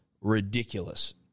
ridiculous